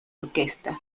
orquesta